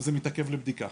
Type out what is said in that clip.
זה מתעכב לבדיקה.